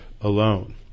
alone